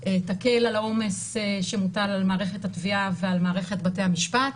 תקל על העומס שמוטל על מערכת הגבייה ועל מערכת בתי המשפט.